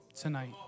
tonight